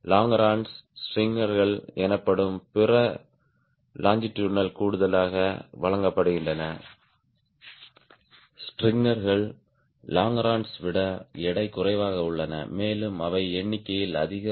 longerons ஸ்ட்ரிங்கர்கள் எனப்படும் பிற லொங்கிடுதினால் கூடுதலாக வழங்கப்படுகின்றன ஸ்ட்ரிங்கர்கள் லாங்கரோன்ஸ் விட எடை குறைவாக உள்ளன மேலும் அவை எண்ணிக்கையில் அதிகம்